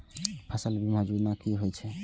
फसल बीमा योजना कि होए छै?